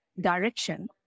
direction